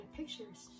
pictures